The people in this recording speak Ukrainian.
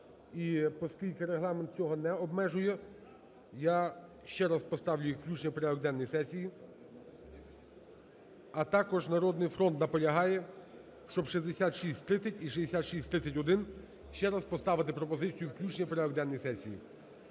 і оскільки Регламент цього не обмежує, я ще раз поставлю їх включення в порядок денний сесії, а також "Народний фронт" наполягає, щоб 6630 і 6630-1 ще раз поставити пропозицію включення у порядок денний сесії.